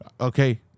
Okay